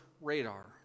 radar